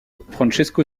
francesco